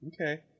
Okay